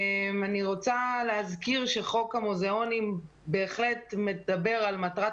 אני רוצה להזכיר שחוק המוזיאונים בהחלט מדבר על מטרת